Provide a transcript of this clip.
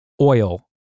Oil